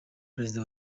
perezida